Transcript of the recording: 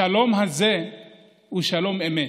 השלום הזה הוא שלום אמת.